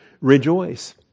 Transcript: Rejoice